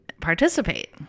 participate